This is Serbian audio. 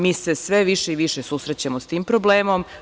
Mi se sve više i više susrećemo s tim problemom.